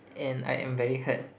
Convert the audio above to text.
and I am very hurt